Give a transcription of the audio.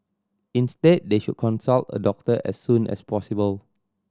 instead they should consult a doctor as soon as possible